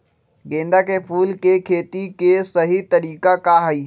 गेंदा के फूल के खेती के सही तरीका का हाई?